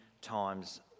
times